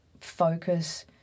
focus